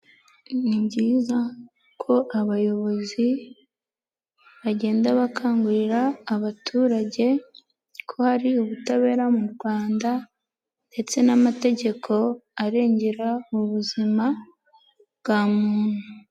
Ni byiza ko abayobozi bagenda bakangurira abaturage ko hari ubutabera mu Rwanda, ndetse n'amategeko arengera ubuzima bwa muntu.